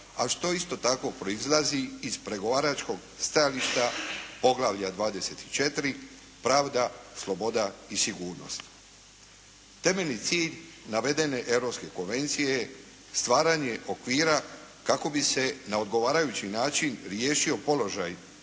a što isto tako proizlazi iz pregovaračkog stajališta poglavlja 24 – Pravda, sloboda i sigurnost. Temeljni cilj navedene Europske konvencije stvaranje je okvira kako bi se na odgovarajući način riješio položaj